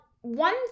one